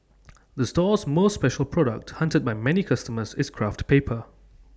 the store's most special product hunted by many customers is craft paper